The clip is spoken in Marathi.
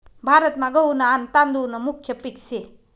भारतमा गहू न आन तादुळ न मुख्य पिक से